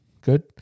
good